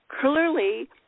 Clearly